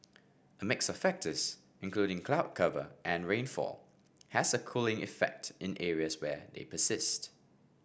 a mix of factors including cloud cover and rainfall has a cooling effect in areas where they persist